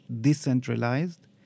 decentralized